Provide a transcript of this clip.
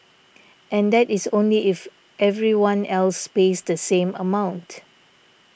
and that is only if everyone else pays the same amount